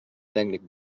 tècnic